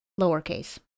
lowercase